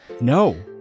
No